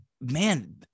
man